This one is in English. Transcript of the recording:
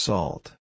Salt